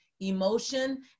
emotion